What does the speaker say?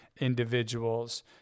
individuals